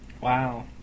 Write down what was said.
Wow